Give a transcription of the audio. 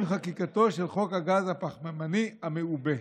עם חקיקתו של חוק הגז הפחמימני המעובה.